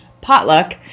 potluck